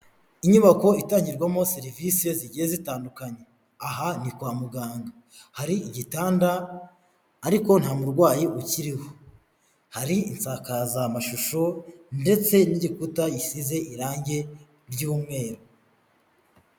Inyubako itangirwamo serivisi zigiye zitandukanye, aha ni kwa muganga, hari igitanda ariko nta murwayi ukiriho, hari insakazamashusho ndetse n'igikuta gisize irangi ry'umweru.